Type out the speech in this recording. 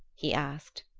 he asked.